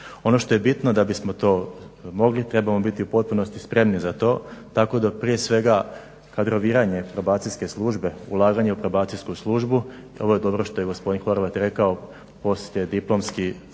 Ono što je bitno da bismo to mogli, trebamo biti u potpunosti spremni za to tako da prije svega kadroviranje probacijske službe, ulaganje u probacijsku službu. Ovo je dobro što je gospodin Horvat rekao poslijediplomski